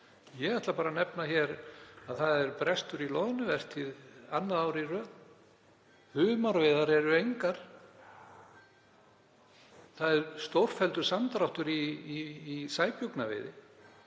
Ég ætla bara að nefna hér að það er brestur í loðnuvertíð annað árið í röð. Humarveiðar eru engar, það er stórfelldur samdráttur í sæbjúgnaveiði.